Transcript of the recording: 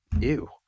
ew